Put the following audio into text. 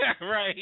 Right